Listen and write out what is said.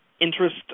interest